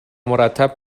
مرتب